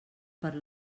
per